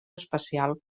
especial